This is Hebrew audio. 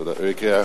תודה.